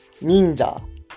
Ninja